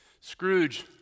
Scrooge